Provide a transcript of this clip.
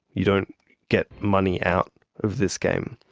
you don't get money out of this game.